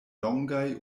longaj